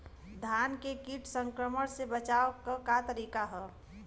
धान के कीट संक्रमण से बचावे क का तरीका ह?